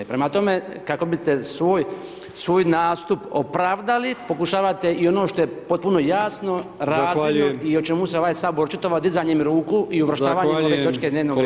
Prema tome, kako biste svoj nastup opravdali, pokušavate i ono što je potpuno jasno [[Upadica: Zahvaljujem]] razvidno i o čemu se ovaj Sabor očitovao dizanjem ruku [[Upadica: Zahvaljujem…]] i uvrštavanjem ove točke dnevnog reda.